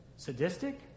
Sadistic